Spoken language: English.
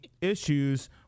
issues